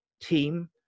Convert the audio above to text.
team